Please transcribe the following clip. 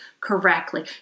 correctly